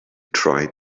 try